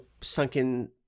Sunken